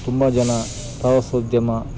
ತುಂಬಾ ಜನ ಪ್ರವಾಸೋದ್ಯಮ